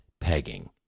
pegging